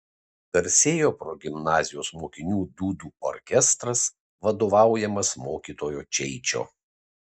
garsėjo progimnazijos mokinių dūdų orkestras vadovaujamas mokytojo čeičio